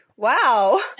Wow